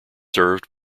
served